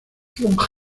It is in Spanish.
evolución